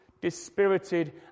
dispirited